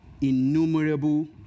innumerable